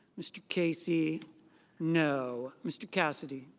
mr. casey no. mr. cassidy.